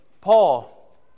Paul